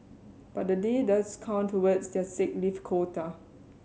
but the day does count towards their sick leave quota